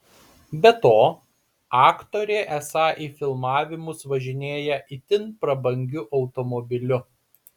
be to aktorė esą į filmavimus važinėja itin prabangiu automobiliu